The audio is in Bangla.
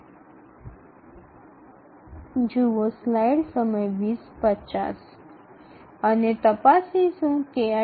এবং এটি নির্ধারণযোগ্য কিনা তা পরীক্ষা করে দেখা যেতে পারে